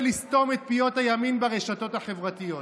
לסתום את פיות הימין ברשתות החברתיות.